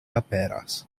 aperas